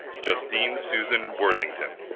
justine susan worthington